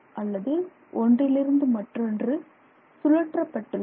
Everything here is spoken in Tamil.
அல்லது ஒன்றிலிருந்து மற்றொன்று சுழற்றப்பட்டுள்ளன